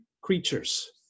creatures